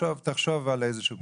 תחשוב על איזה פתרון.